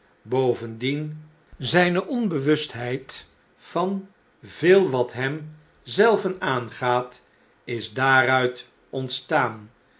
bovendien zijne onbewustheid van veel wat hem zelven aangaat is daaruit ontstaan